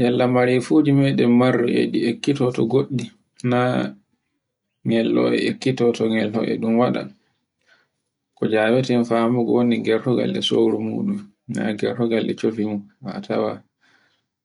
Yalla mare fuji me ɗem marru e ɗi ekkito to goɗɗi naa nyallo e ekkito to e ɗun waɗa Ko njaweten famu ngoni ngerfugal e sauro mun ɗun na ngerfugal e shobbi mun a tawa,